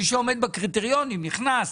מי שעומד בקריטריונים נכנס.